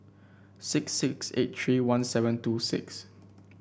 six six eight three one seven two six